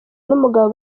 n’umugabo